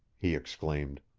he exclaimed.